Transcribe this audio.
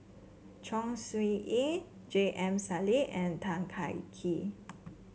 Chong Siew Ying J M Sali and Tan Kah Kee